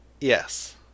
Yes